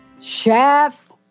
Chef